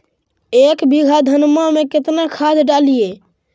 एक बीघा धन्मा में केतना खाद डालिए?